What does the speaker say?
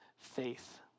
faith